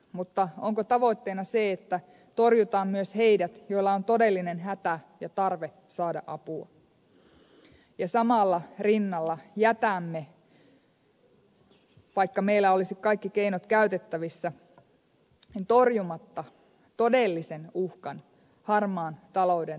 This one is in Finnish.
mutta onko tavoitteena se että torjutaan myös ne joilla on todellinen hätä ja tarve saada apua ja samalla tämän rinnalla jätämme vaikka meillä olisi kaikki keinot käytettävissä torjumatta todellisen uhkan harmaan talouden ja halpatyömarkkinat